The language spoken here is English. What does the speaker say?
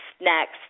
next